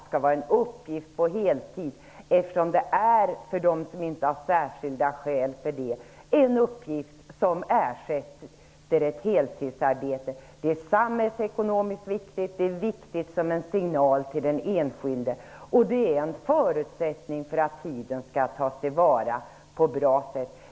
Det är en uppgift som ersätter ett heltidsarbete för dem som inte har särskilda skäl för något annat. Det är samhällsekonomiskt viktig, det är viktigt som en signal till den enskilde och det är en förutsättning för att tiden skall tas till vara på ett bra sätt.